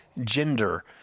gender